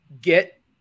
get